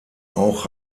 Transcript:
auch